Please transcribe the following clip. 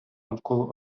навколо